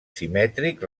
simètric